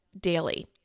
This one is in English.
daily